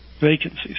vacancies